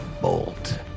bolt